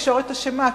התקשורת אשמה,